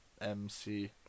MC